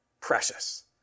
precious